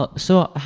ah so